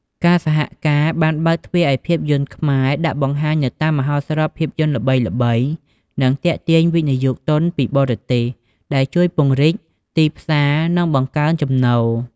ការសហការបានបើកទ្វារឱ្យភាពយន្តខ្មែរដាក់បង្ហាញនៅតាមមហោស្រពភាពយន្តល្បីៗ និងទាក់ទាញវិនិយោគទន់ពីបរទេស ដែលជួយពង្រីកទីផ្សារ និងបង្កើនចំណូល។